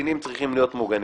שקטינים צריכים להיות מוגנים.